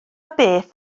beth